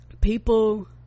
people